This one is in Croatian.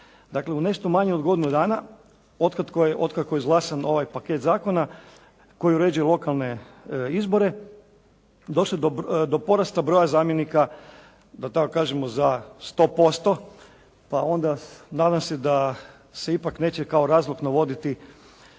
Dakle u nešto manje od godinu dana otkako je izglasan ovaj paket zakona koji uređuje lokalne izbore došlo je do porasta broja zamjenika da tako kažemo za 100% pa onda nadam se da se ipak neće kao razlog navoditi